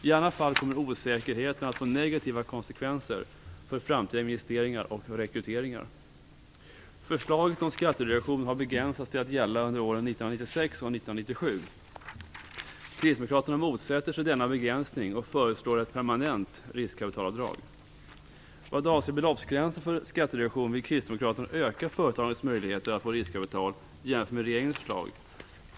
I annat fall kommer osäkerheten att få negativa konsekvenser för framtida investeringar och rekryteringar. Förslaget om skattereduktion har begränsats till att gälla under åren 1996 och 1997. Kristdemokraterna motsätter sig denna begränsning och föreslår ett permanent riskkapitalavdrag. Kristdemokraterna öka företagens möjligheter att få riskkapital jämfört med regeringens förslag.